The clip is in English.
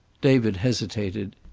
david hesitated.